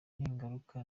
ningaruka